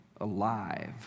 alive